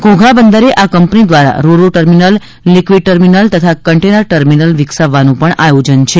ઘોઘાબંદરે આ કંપની દ્વારા ro ro terminal liquid terminal તથા કન્ટેનર ટર્મિનલ વિકસાવાનું પણ આયોજન છે